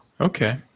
Okay